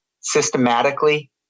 systematically